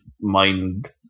mind